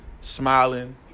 smiling